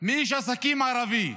מאיש עסקים ערבי,